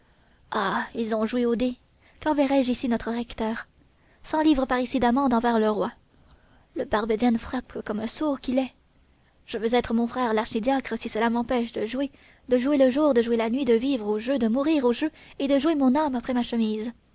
ah ils ont joué aux dés quand verrai-je ici notre recteur cent livres parisis d'amende envers le roi le barbedienne frappe comme un sourd qu'il est je veux être mon frère l'archidiacre si cela m'empêche de jouer de jouer le jour de jouer la nuit de vivre au jeu de mourir au jeu et de jouer mon âme après ma chemise